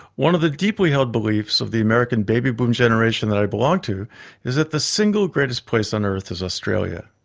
one of the deeply held beliefs of the american baby boom generation that i belong to is that the single greatest place on earth is australia.